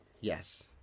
Yes